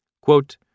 Quote